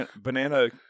Banana